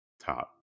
top